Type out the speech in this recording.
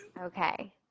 Okay